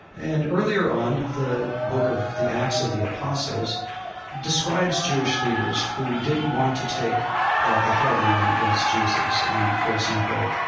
and earlier on, the book of the acts of the apostles describes jewish leaders who didn't want to take a hard line against jesus. and, for example,